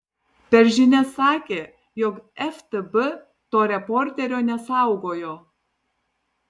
per žinias sakė jog ftb to reporterio nesaugojo